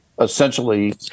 essentially